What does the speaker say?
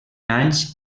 anys